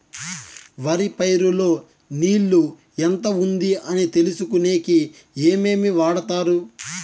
వరి పైరు లో నీళ్లు ఎంత ఉంది అని తెలుసుకునేకి ఏమేమి వాడతారు?